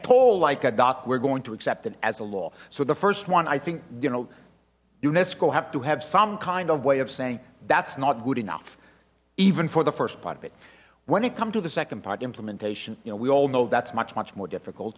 all like a dot we're going to accept it as a law so the first one i think you know unesco have to have some kind of way of saying that's not good enough even for the first part of it when it comes to the second part implementation you know we all know that's much much more difficult